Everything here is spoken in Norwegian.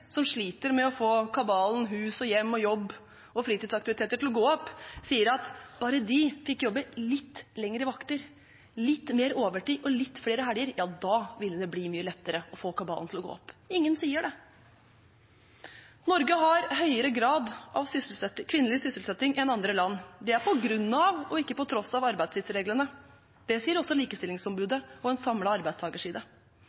som sliter med å få kabalen med hus, hjem, jobb og fritidsaktiviteter til å gå opp, sier at bare de fikk jobbe litt lengre vakter, litt mer overtid og litt flere helger, da ville det bli mye lettere å få kabalen til å gå opp. Ingen sier det. Norge har en høyere grad av kvinnelig sysselsetting enn andre land. Det er på grunn av og ikke på tross av arbeidstidsreglene. Det sier også Likestillings- og diskrimineringsombudet og en samlet arbeidstakerside.